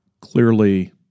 Clearly